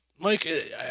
Mike